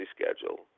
schedule